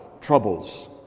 troubles